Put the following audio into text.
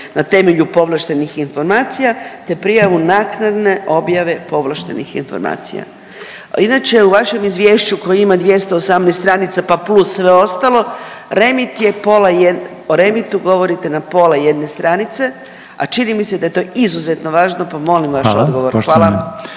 na temelju povlaštenih informacija te prijavu naknadne objave povlaštenih informacija. Inače u vašem izvješću koje ima 218 stranica pa plus sve ostalo REMIT je pola, o REMIT-u govorite na pola jedne stanice, a čini mi se da je to izuzetno važno pa molim vaš odgovor. Hvala.